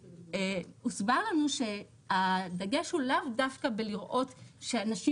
הוסבר לנו שהדגש הוא לאו דווקא בלראות שאנשים